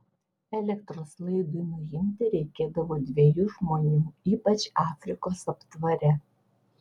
elektros laidui nuimti reikėdavo dviejų žmonių ypač afrikos aptvare